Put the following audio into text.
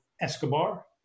Escobar